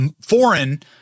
foreign